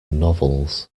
novels